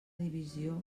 divisió